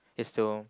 is to